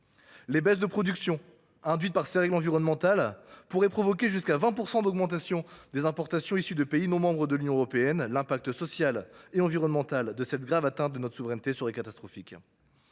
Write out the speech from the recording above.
Les baisses de production induites par ces règles environnementales pourraient provoquer jusqu’à 20 % d’augmentation des importations issues de pays non membres de l’Union européenne. L’impact social et environnemental de cette grave atteinte à notre souveraineté serait catastrophique.